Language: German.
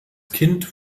kind